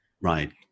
Right